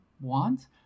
want